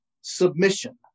submission